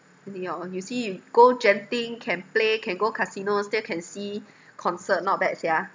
yeah you see go genting can play can go casino still can see concert not bad sia